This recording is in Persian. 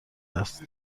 است